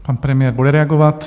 Pan premiér bude reagovat?